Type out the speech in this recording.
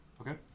Okay